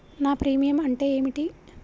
నా ప్రీమియం అంటే ఏమిటి?